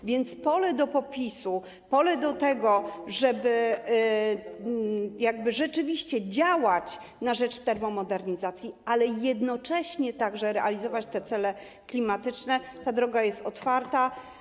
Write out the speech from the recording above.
A więc pole do popisu, pole do tego, żeby rzeczywiście działać na rzecz termomodernizacji, ale jednocześnie także realizować te cele klimatyczne... ta droga jest otwarta.